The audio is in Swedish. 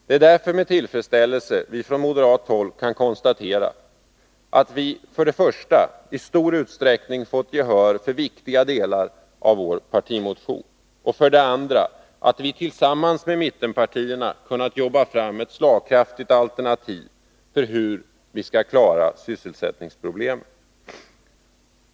Det är därför med tillfredsställelse vi från moderat håll kan konstatera för det första att vi istor utsträckning fått gehör för viktiga delar av vår partimotion, för det andra att vi tillsammans med mittenpartierna kunnat jobba fram ett slagkraftigt alternativ när det gäller hur vi skall klara sysselsättningen.